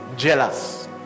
jealous